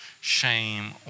shame